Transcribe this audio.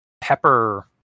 pepper